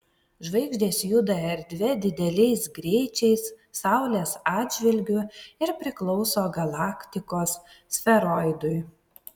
žvaigždės juda erdve dideliais greičiais saulės atžvilgiu ir priklauso galaktikos sferoidui